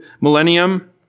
millennium